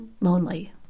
lonely